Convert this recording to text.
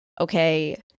okay